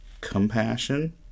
compassion